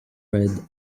red